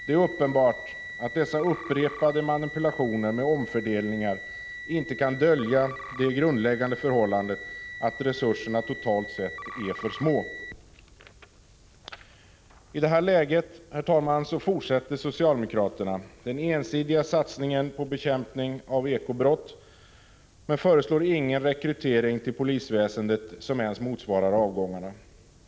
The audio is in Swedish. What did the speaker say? Det är uppenbart att dessa upprepade manipulationer med omfördelningar inte kan dölja det grundläggande förhållandet att resurserna totalt sett är för små. I det här läget, herr talman, fortsätter socialdemokraterna den ensidiga satsningen på bekämpning av ekobrott, men föreslår inte en rekrytering till 21 Prot. 1985/86:113 polisväsendet som ens motsvarar avgångarna.